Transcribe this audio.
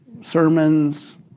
sermons